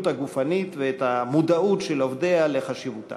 הגופנית ואת המודעות של עובדיה לחשיבותה.